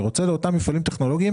אני רוצה לאפשר לאותם מפעלים טכנולוגיים